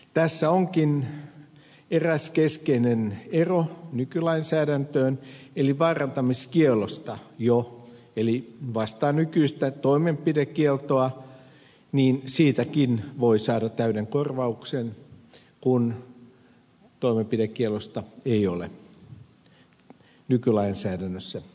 tässä onkin eräs keskeinen ero nykylainsäädäntöön eli vaarantamiskiellosta jo eli vastaa nykyistä toimenpidekieltoa voi saada täyden korvauksen kun toimenpidekiellosta ei ole nykylainsäädännössä tällaista velvoitetta